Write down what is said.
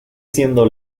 siendo